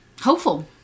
Hopeful